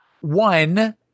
One